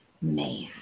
man